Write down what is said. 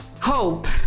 Hope